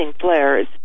flares